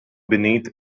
beneath